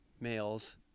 males